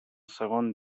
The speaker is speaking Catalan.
segon